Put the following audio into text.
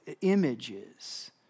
images